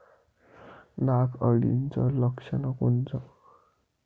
नाग अळीचं लक्षण कोनचं?